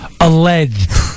Alleged